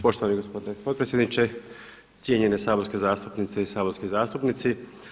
Poštovani gospodine potpredsjedniče, cijenjene saborske zastupnice i saborski zastupnici.